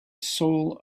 soul